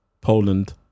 Poland